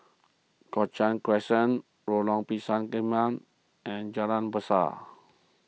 Cochrane Crescent Lorong Pisang Emas and Jalan Berseh